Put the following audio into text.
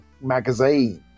magazine